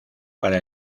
para